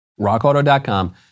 Rockauto.com